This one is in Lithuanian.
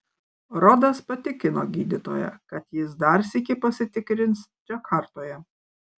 rodas patikino gydytoją kad jis dar sykį pasitikrins džakartoje